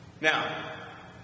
Now